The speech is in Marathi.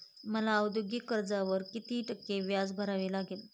मला औद्योगिक कर्जावर किती टक्के व्याज भरावे लागेल?